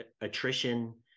attrition